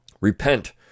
repent